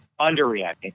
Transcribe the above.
underreacting